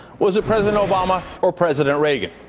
was it president obama or president reagan?